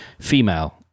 female